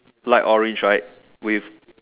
light orange right with